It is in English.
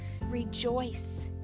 Rejoice